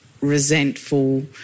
resentful